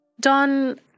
Don